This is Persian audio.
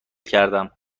کردم